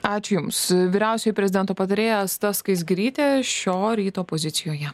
ačiū jums vyriausioji prezidento patarėja asta skaisgirytė šio ryto pozicijoje